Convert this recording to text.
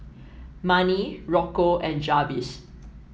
Marni Rocco and Jarvis